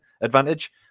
advantage